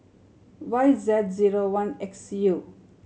Y Z zero one X U